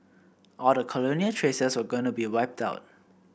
all the colonial traces were going to be wiped out